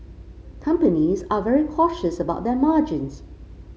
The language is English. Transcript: companies are very cautious about their margins